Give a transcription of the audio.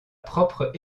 propre